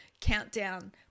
Countdown